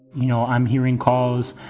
you know, i'm hearing calls,